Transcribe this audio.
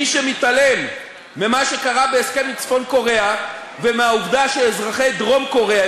מי שמתעלם ממה שקרה בהסכם עם צפון-קוריאה ומהעובדה שאזרחי דרום-קוריאה,